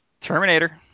Terminator